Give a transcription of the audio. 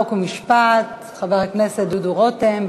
חוק ומשפט חבר הכנסת דודו רותם.